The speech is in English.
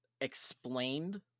explained